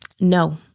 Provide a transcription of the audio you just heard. No